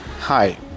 Hi